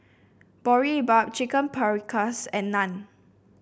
Boribap Chicken Paprikas and Naan